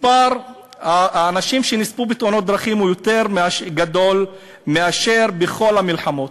מספר האנשים שנספו בתאונות דרכים יותר גדול מאשר בכל המלחמות.